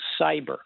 cyber